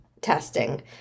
testing